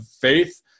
faith